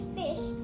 fish